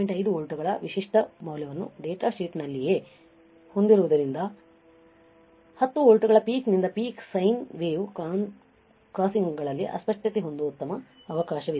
5 ವೋಲ್ಟ್ಗಳ ವಿಶಿಷ್ಟ ಮೌಲ್ಯವನ್ನು ಡೇಟಾಶೀಟ್ನಲ್ಲಿಯೇ ಹೊಂದಿರುವುದರಿಂದ 10 ವೋಲ್ಟ್ಗಳ ಪೀಕ್ನಿಂದ ಪೀಕ್ ಸೈನ್ ವೇವ್ 0 ಕ್ರಾಸಿಂಗ್ಗಳಲ್ಲಿ ಅಸ್ಪಷ್ಟತೆಯನ್ನು ಹೊಂದುವ ಉತ್ತಮ ಅವಕಾಶವಿದೆ